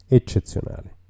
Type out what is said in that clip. eccezionale